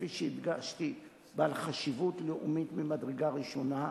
כפי שהדגשתי, בעל חשיבות לאומית ממדרגה ראשונה.